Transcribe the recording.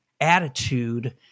attitude